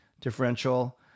differential